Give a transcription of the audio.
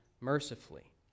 mercifully